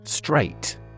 Straight